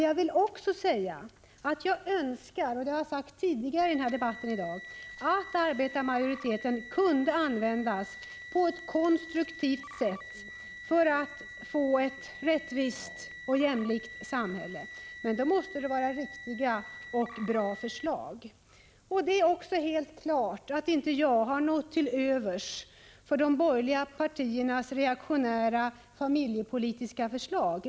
Jag vill också säga att jag önskar — det har jag sagt tidigare i debatten — att arbetarmajoriteten kunde användas på ett konstruktivt sätt för att få ett rättvist och jämlikt samhälle. Men en sådan enighet kan bara baseras på riktiga och bra förslag. Det är också helt klart att jag inte har något till övers för de borgerliga partiernas reaktionära familjepolitiska förslag.